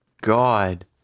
God